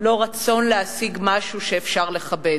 לא רצון להשיג משהו שאפשר לכבד.